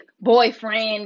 boyfriend